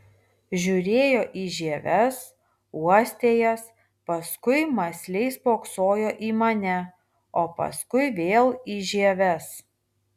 žiūrėjo į žieves uostė jas paskui mąsliai spoksojo į mane o paskui vėl į žieves